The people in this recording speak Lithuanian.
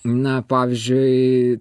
na pavyzdžiui